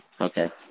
Okay